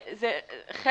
אם יהיה צריך.